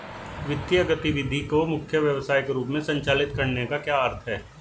वित्तीय गतिविधि को मुख्य व्यवसाय के रूप में संचालित करने का क्या अर्थ है?